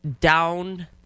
down